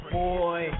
boy